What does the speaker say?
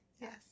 Yes